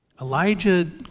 Elijah